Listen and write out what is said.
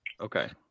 Okay